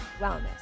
Wellness